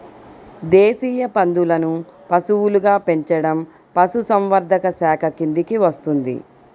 దేశీయ పందులను పశువులుగా పెంచడం పశుసంవర్ధక శాఖ కిందికి వస్తుంది